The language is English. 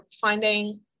finding